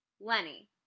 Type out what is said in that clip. Lenny